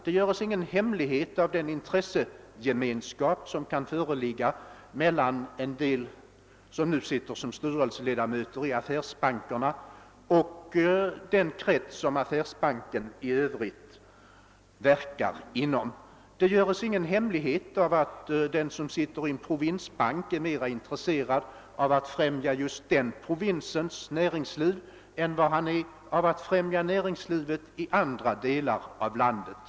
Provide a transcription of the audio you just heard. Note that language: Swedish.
Det görs ingen hemlighet av den intressegemenskap som kan föreligga mellan en del personer, vilka nu är styrelseledamöter i affärsbankerna, och den krets som affärsbanken i övrigt verkar inom. Det görs inte heller någon hemlighet av att den som sitter i en provinsbank är mera intresserad av att främja näringslivet i det område hans bank täcker än näringslivet i andra de lar av landet.